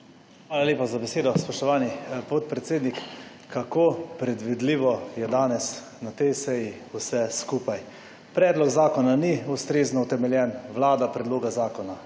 Hvala lepa za besedo, spoštovani podpredsednik. Kako predvidljivo je danes na tej seji vse skupaj. Predlog zakona ni ustrezno utemeljen. Vlada Predloga zakona